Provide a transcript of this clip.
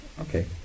Okay